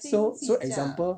so so example